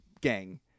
gang